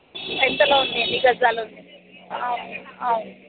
ఎంతలో ఉంది ఎన్ని గజాలు ఉంది అవును అవును